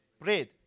bread